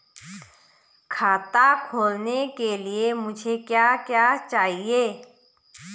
खाता खोलने के लिए मुझे क्या क्या चाहिए?